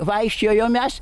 vaikščiojom mes